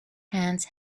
hands